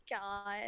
God